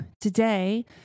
today